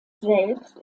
selbst